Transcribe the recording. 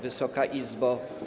Wysoka Izbo!